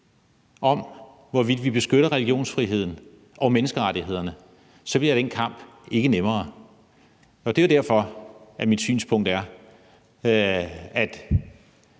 om, hvorvidt vi beskytter religionsfriheden og menneskerettighederne, så bliver den kamp ikke nemmere. Det er jo derfor, at mit synspunkt er, at